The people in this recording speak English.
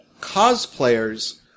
cosplayers